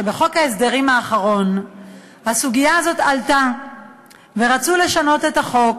שבחוק ההסדרים האחרון הסוגיה הזאת עלתה ורצו לשנות את החוק,